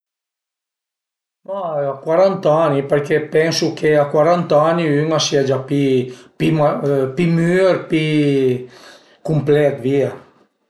Ma cuarant'ani perché pensu ch'a cuarant'ani ün a sie già pi ma pi mür pi cuplet via